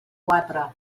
quatre